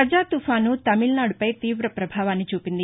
గజ తుపాను తమికనాడుపై తీవ ప్రభావాన్ని చూపింది